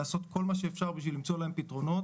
לעשות כל מה שאפשר כדי למצוא להם פתרונות